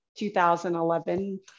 2011